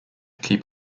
keep